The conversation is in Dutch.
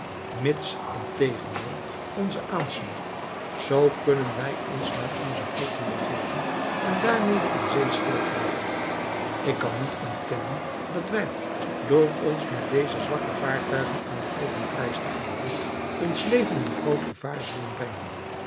integendeel onze aanslag zoo kunnen wij ons naar onze vlotten begeven en daarmede in zee steken ik kan niet ontkennen dat wij door ons met deze zwakke vaartuigen aan de golven prijs te geven ons leven in groot gevaar zullen brengen